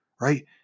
right